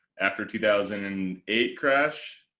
after two thousand and eight crash.